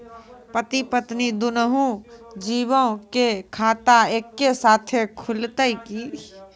पति पत्नी दुनहु जीबो के खाता एक्के साथै खुलते की?